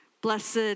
Blessed